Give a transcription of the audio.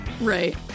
right